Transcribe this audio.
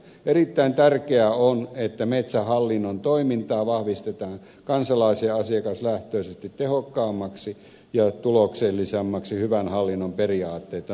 erittäin tärkeää on että metsähallinnon toimintaa vahvistetaan kansalais ja asiakaslähtöisesti tehokkaammaksi ja tuloksellisemmaksi hyvän hallinnon periaatteita noudattaen